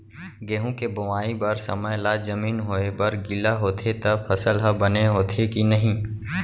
गेहूँ के बोआई बर समय ला जमीन होये बर गिला होथे त फसल ह बने होथे की नही?